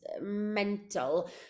mental